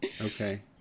Okay